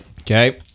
Okay